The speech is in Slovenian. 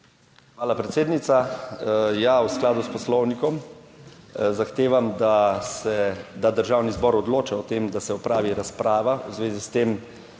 Hvala, predsednica. Ja, v skladu s Poslovnikom zahtevam, da se da Državni zbor odloča o tem, da se opravi razprava v zvezi s tem,